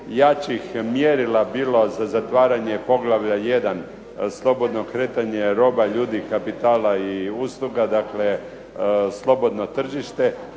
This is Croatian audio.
najjačih mjerila bilo za zatvaranje poglavlja 1.-Slobodno kretanje roba, ljudi, kapitala i usluga, dakle slobodno tržište,